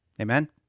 Amen